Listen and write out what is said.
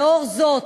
לאור זאת,